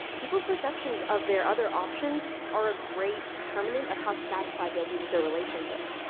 people's perceptions of their other options are a great determinant of how satisfied they'll be with their relationships.